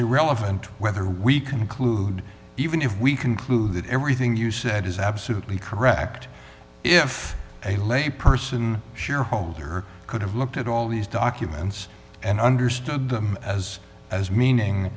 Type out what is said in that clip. irrelevant whether we conclude even if we conclude that everything you said is absolutely correct if a lay person shareholder could have looked at all these documents and understood them as as meaning